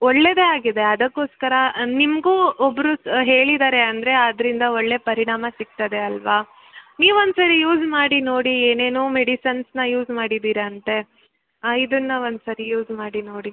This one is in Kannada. ಒಳ್ಳೆಯದೇ ಆಗಿದೆ ಅದಕ್ಕೋಸ್ಕರ ನಿಮಗೂ ಒಬ್ಬರು ಹೇಳಿದ್ದಾರೆ ಅಂದರೆ ಅದರಿಂದ ಒಳ್ಳೆಯ ಪರಿಣಾಮ ಸಿಗ್ತದೆ ಅಲ್ಲವಾ ನೀವು ಒಂದು ಸಾರಿ ಯೂಸ್ ಮಾಡಿ ನೋಡಿ ಏನೇನೋ ಮೆಡಿಸನ್ಸನ್ನ ಯೂಸ್ ಮಾಡಿದ್ದೀರ ಅಂತೆ ಇದನ್ನ ಒಂದು ಸಾರಿ ಯೂಸ್ ಮಾಡಿ ನೋಡಿ